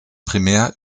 primär